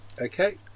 Okay